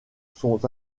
sont